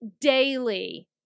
daily